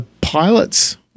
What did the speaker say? pilots